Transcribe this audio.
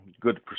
good